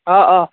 অ' অ'